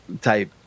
type